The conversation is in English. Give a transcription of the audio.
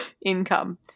income